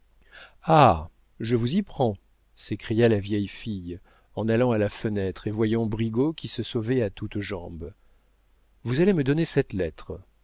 ah je vous y prends s'écria la vieille fille en allant à la fenêtre et voyant brigaut qui se sauvait à toutes jambes vous allez me donner cette lettre